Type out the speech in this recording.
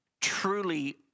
truly